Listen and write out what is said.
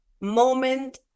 moment